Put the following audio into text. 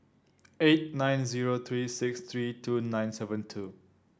eight nine zero three six three two nine seven two